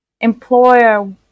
employer